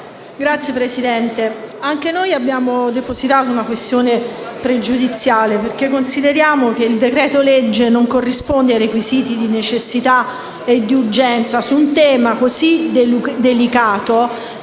Signor Presidente, anche noi abbiamo presentato una questione pregiudiziale, perché consideriamo che il decreto-legge non corrisponda ai requisiti di necessità e urgenza su un tema così delicato